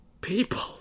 people